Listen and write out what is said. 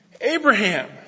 Abraham